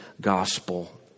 gospel